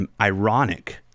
ironic